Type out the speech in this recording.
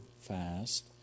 fast